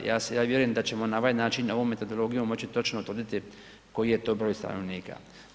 Ja vjerujem da ćemo na ovaj način, ovom metodologijom moći točno utvrditi koji je to broj stanovnika.